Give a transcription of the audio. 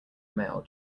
male